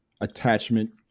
attachment